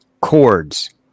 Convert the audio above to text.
Chords